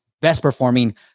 best-performing